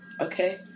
Okay